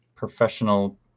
professional